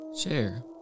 Share